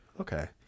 okay